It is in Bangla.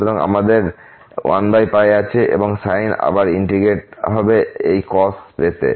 সুতরাং আমাদের 1 আছে এবং সাইন আবার ইন্টিগ্রেট হবে এই cos পেতে